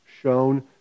shown